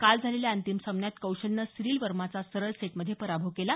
काल झालेल्या अंतिम सामन्यात कौशलनं सिरील वर्माचा सरळ सेटमध्ये पराभव केला